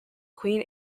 queen